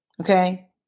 Okay